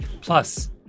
Plus